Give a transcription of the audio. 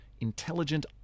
Intelligent